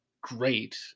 great